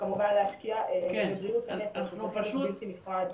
וכמובן להשקיע בבריאות הנפש, שזה חלק בלתי נפרד.